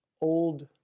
old